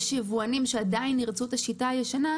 יבואנים שעדיין ירצו את השיטה הישנה,